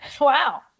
Wow